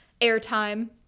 airtime